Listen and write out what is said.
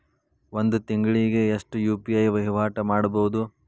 ಒಂದ್ ತಿಂಗಳಿಗೆ ಎಷ್ಟ ಯು.ಪಿ.ಐ ವಹಿವಾಟ ಮಾಡಬೋದು?